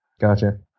gotcha